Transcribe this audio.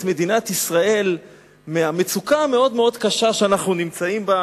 מדינת ישראל מהמצוקה המאוד-מאוד קשה שאנחנו נמצאים בה.